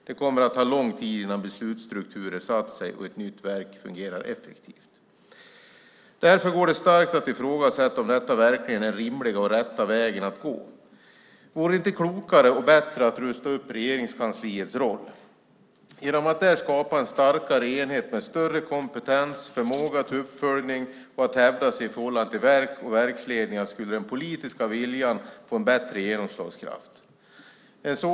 Det kommer att ta lång tid innan beslutsstrukturer satt sig och ett nytt verk fungerar effektivt. Därför går det att starkt ifrågasätta om detta verkligen är den rimliga och rätta vägen att gå. Vore det inte klokare och bättre att rusta upp Regeringskansliets roll? Genom att där skapa en starkare enhet med större kompetens, förmåga till uppföljning och att hävda sig i förhållande till verk och verksledningar skulle den politiska viljan få en bättre genomslagskraft.